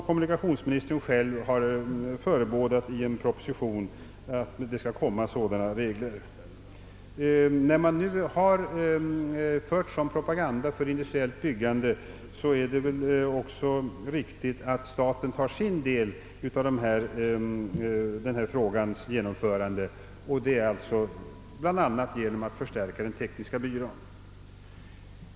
Kommunikationsministern har ju själv förebådat i en proposition att det skall komma sådana regler. När man nu har fört sådan propaganda för industriellt byggande, är det väl också riktigt att staten tar sin del av ansvaret härför, bl.a. genom att förstärka den tekniska byrån.